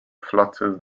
fluttered